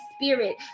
Spirit